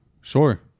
Sure